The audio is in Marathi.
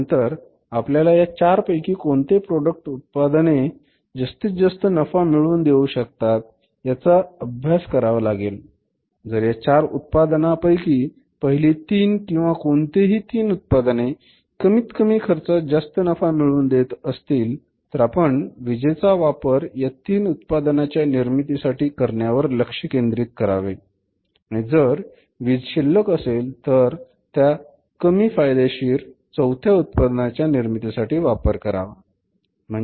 त्यानंतर आपल्याला या चार पैकी कोणते प्रॉडक्ट उत्पादने जास्तीत जास्त नफा मिळवून देऊ शकतात याचा अभ्यास करावा लागेल जर या चार उत्पादनापैकी पहिली तीन किंवा कोणतीही 3 उत्पादने कमीत कमी खर्चात जास्त नफा मिळवून देत असतील तर आपण विजेचा वापर या तीन उत्पादनांच्या निर्मितीसाठी करण्यावर लक्ष केंद्रित करावे आणि जर वीज शिल्लक असेल तर त्या कमी फायदेशीर चौथ्या उत्पादनाच्या निर्मितीसाठी वापर करावा